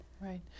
right